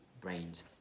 brains